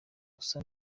usa